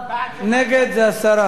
בעד, נגד זה הסרה.